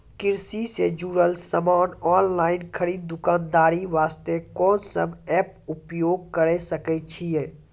कृषि से जुड़ल समान ऑनलाइन खरीद दुकानदारी वास्ते कोंन सब एप्प उपयोग करें सकय छियै?